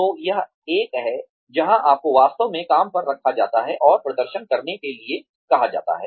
तो यह एक है जहां आपको वास्तव में काम पर रखा जाता है और प्रदर्शन करने के लिए कहा जाता है